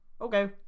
okay